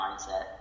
mindset